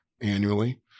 annually